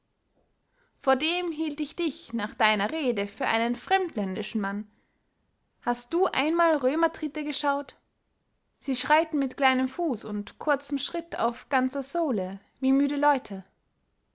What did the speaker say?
vordem hielt ich dich nach deiner rede für einen fremdländischen mann hast du einmal römertritte geschaut sie schreiten mit kleinem fuß und kurzem schritt auf ganzer sohle wie müde leute